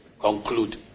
conclude